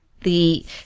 the-